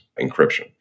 encryption